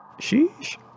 Sheesh